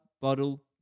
bottle